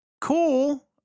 cool